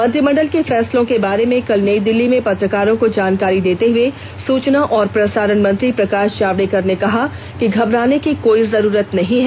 मंत्रिमंडल के फैसलों के बारे में कल नई दिल्ली में पत्रकारों को जानकारी देते हुए सूचना और प्रसारण मंत्री प्रकाश जावड़ेकर ने कहा कि घबराने की कोई जरूरत नहीं है